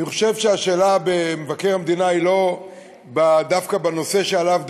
אני חושב שהשאלה לגבי מבקר המדינה היא לא דווקא בנושא שעליו דנים,